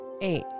Eight